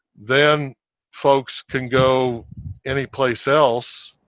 then folks can go any place else.